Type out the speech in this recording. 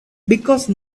because